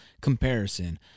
comparison